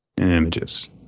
images